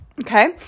Okay